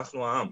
אנחנו העם,